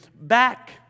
back